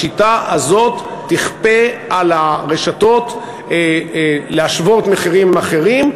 השיטה הזאת תכפה על הרשתות להשוות מחירים עם אחרים,